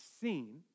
seen